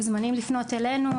מוזמנים לפנות אלינו,